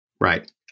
Right